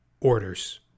orders